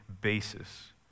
basis